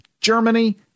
Germany